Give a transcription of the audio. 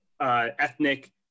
ethnic